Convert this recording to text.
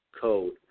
code